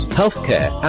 healthcare